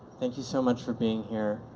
thank you so much for being here,